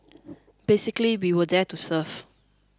basically we were there to serve